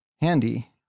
handy